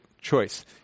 choice